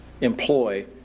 employ